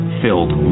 filled